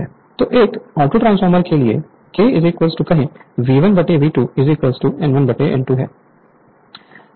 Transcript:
तो एक ऑटोट्रांसफ़ॉर्मर के लिए K कहें V1 V2 N1 N2 है